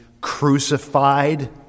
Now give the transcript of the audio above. crucified